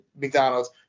McDonald's